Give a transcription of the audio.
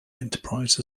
enterprise